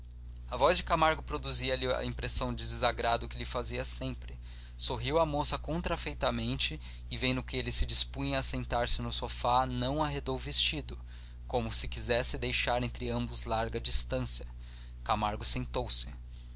a voz de camargo produzira lhe a impressão de desagrado que lhe fazia sempre sorriu a moça contrafeitamente e vendo que ele se dispunha a sentar-se no sofá não arredou o vestido como se quisesse deixar entre ambos larga distância camargo sentou-se